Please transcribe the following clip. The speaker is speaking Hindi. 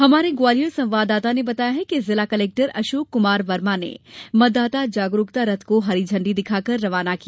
हमारे ग्वालियर संवाददाता ने बताया कि जिला कलेक्टर अशोक कमार वर्मा ने मतदाता जागरूकता रथ को हरी झंडी दिखाकर रवाना किया